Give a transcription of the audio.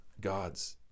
God's